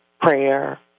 prayer